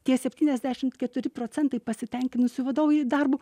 tie septyniasdešimt keturi procentai pasitenkinusių vadovų jų darbu